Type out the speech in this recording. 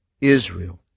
Israel